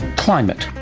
climate.